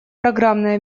программное